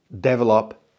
develop